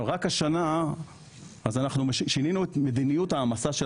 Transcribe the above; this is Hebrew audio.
רק השנה שינינו את מדיניות ההעמסה של